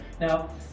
Now